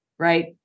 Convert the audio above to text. Right